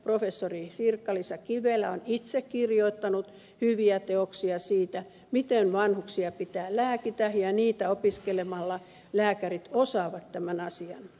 professori sirkka liisa kivelä on itse kirjoittanut hyviä teoksia siitä miten vanhuksia pitää lääkitä ja niitä opiskelemalla lääkärit osaavat tämän asian